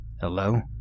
Hello